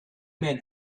men